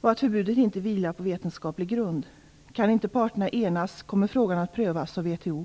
och att förbudet inte vilar på vetenskaplig grund. Kan inte parterna enas kommer frågan att prövas av WTO.